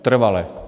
Trvale.